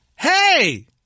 Hey